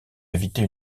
éviter